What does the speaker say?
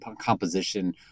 composition